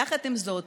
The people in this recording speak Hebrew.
יחד עם זאת,